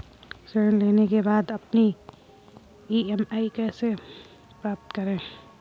ऋण लेने के बाद अपनी ई.एम.आई कैसे पता करें?